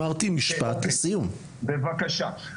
בבקשה,